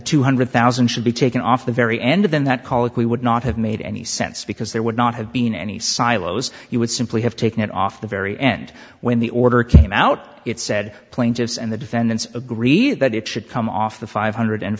two hundred thousand should be taken off the very end of in that colloquy would not have made any sense because there would not have been any silos he would simply have taken it off the very end when the order came out it said plaintiffs and the defendants agreed that it should come off the five hundred and